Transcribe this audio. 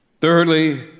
Thirdly